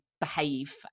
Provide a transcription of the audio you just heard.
behave